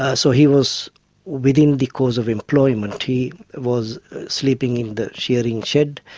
ah so he was within the cause of employment. he was sleeping in the shearing shed.